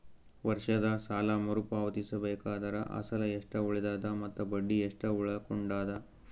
ವರ್ಷದ ಸಾಲಾ ಮರು ಪಾವತಿಸಬೇಕಾದರ ಅಸಲ ಎಷ್ಟ ಉಳದದ ಮತ್ತ ಬಡ್ಡಿ ಎಷ್ಟ ಉಳಕೊಂಡದ?